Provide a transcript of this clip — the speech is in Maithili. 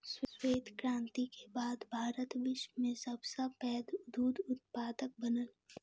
श्वेत क्रांति के बाद भारत विश्व में सब सॅ पैघ दूध उत्पादक बनल